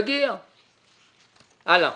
נמשיך הלאה.